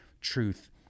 truth